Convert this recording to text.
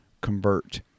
convert